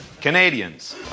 Canadians